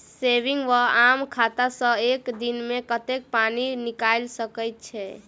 Saving वा आम खाता सँ एक दिनमे कतेक पानि निकाइल सकैत छी?